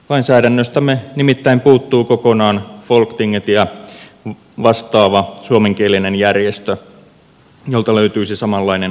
lainsäädännöstämme nimittäin puuttuu kokonaan folktingetiä vastaava suomenkielinen järjestö jolta löytyisi samanlainen lainsäädännöllinen asema